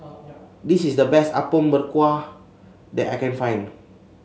this is the best Apom Berkuah that I can find